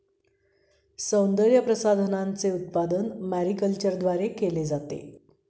सौंदर्यप्रसाधनांचे उत्पादन मॅरीकल्चरद्वारे केले जाते